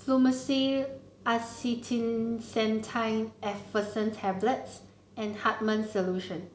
Fluimucil Acetylcysteine Effervescent Tablets and Hartman's Solution